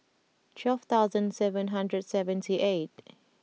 twelve thousand seven hundred seventy eight